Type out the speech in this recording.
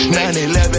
9-11